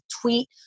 tweet